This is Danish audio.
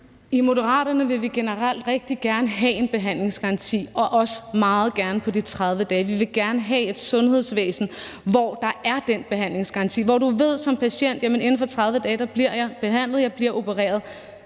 I Moderaterne vil vi generelt rigtig gerne have en behandlingsgaranti og også meget gerne på de 30 dage. Vi vil gerne have et sundhedsvæsen, hvor der er den behandlingsgaranti, og hvor du som patient ved, at inden for 30 dage bliver du behandlet, at